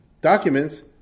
documents